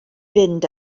fynd